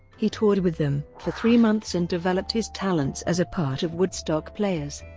he toured with them for three months and developed his talents as a part of woodstock players.